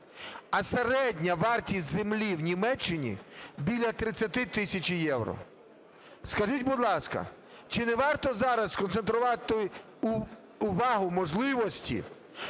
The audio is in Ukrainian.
а середня вартість землі в Німеччині - біля 30 тисяч євро. Скажіть, будь ласка, чи не варто зараз сконцентрувати увагу, можливості